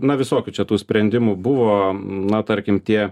na visokių čia tų sprendimų buvo na tarkim tie